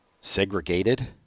segregated